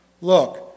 Look